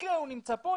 במקרה הוא נמצא פה,